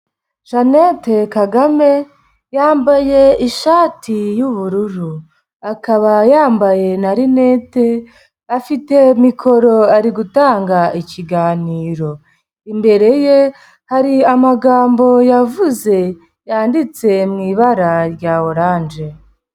Jeannette Kagame yambaye ishati y'ubururu, akaba yambaye na linete afite mikoro ari gutanga ikiganiro, imbere ye hari amagambo yavuze yanditse mu ibara rya oranje.